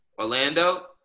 Orlando